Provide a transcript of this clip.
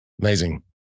amazing